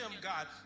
God